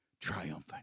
triumphant